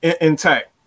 intact